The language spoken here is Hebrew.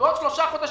ובעוד שלושה חודשים,